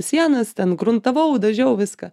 sienas ten gruntavau dažiau viską